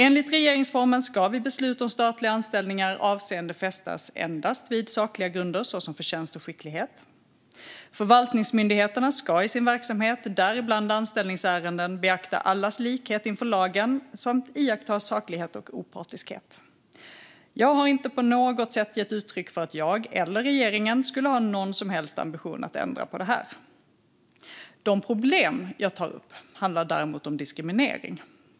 Enligt regeringsformen ska vid beslut om statliga anställningar avseende fästas endast vid sakliga grunder såsom förtjänst och skicklighet. Förvaltningsmyndigheterna ska i sin verksamhet, däribland anställningsärenden, beakta allas likhet inför lagen samt iaktta saklighet och opartiskhet. Jag har inte på något sätt gett uttryck för att jag eller regeringen skulle ha någon som helst ambition att ändra på det här. De problem jag tar upp handlar däremot om diskriminering.